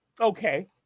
okay